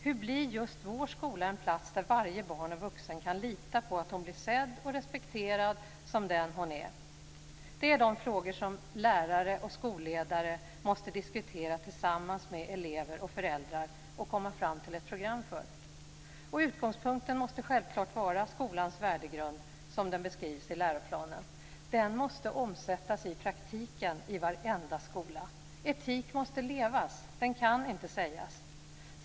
Hur blir just vår skola en plats där varje barn och vuxen kan lita på att bli sedd och respekterad som den hon är? Det är de frågor som lärare och skolledare måste diskutera tillsammans med elever och föräldrar och komma fram till ett program för. Utgångspunkten måste självklart vara skolans värdegrund som den beskrivs i läroplanen. Den måste omsättas i praktiken i varenda skola. Etik måste levas, den kan inte sägas.